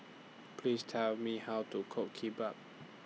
Please Tell Me How to Cook Kimbap